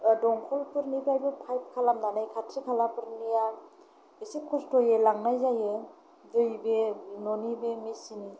दंखलनिफ्रायबो फाइफ खालामनानै खाथि खालाफोरनिया एसे खस्थ'यै लांनाय जायो दै बे न'नि बे मेचिन